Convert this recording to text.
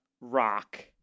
rock